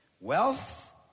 wealth